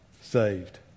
saved